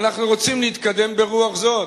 ואנחנו רוצים להתקדם ברוח זו.